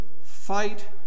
fight